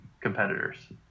competitors